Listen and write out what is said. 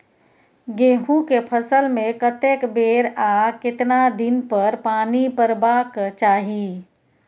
गेहूं के फसल मे कतेक बेर आ केतना दिन पर पानी परबाक चाही?